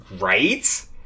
right